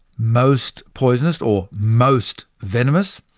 most poisonous or most venomous?